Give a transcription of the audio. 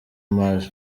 maj